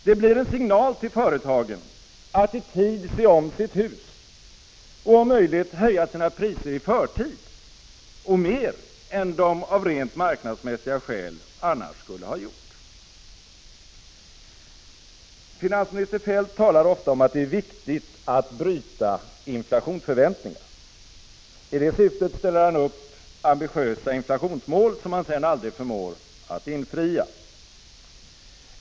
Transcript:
Det blir en signal till företagen att i tid se om sitt hus och om möjligt höja sina priser i förtid och mer än de av rent marknadsmässiga skäl annars skulle ha gjort. Finansminister Feldt talar ofta om att det är viktigt att bryta inflationsförväntningar. I det syftet ställer han upp ambitiösa inflationsmål, som han sedan aldrig förmår infria.